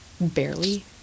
barely